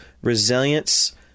resilience